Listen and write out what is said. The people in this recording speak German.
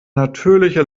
natürliche